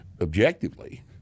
objectively